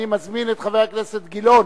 אני מזמין את חבר הכנסת אילן גילאון